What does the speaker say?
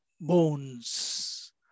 bones